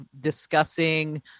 discussing